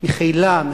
מחילם,